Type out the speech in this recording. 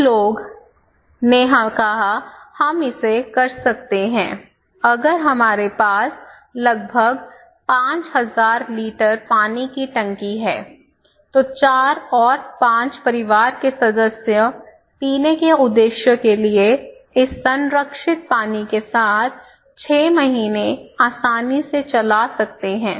कुछ लोग ने कहा हम इसे कर सकते हैं अगर हमारे पास लगभग 5000 लीटर पानी की टंकी है तो 4 और 5 परिवार के सदस्य पीने के उद्देश्य के लिए इस संरक्षित पानी के साथ 6 महीने आसानी से चला सकते हैं